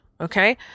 Okay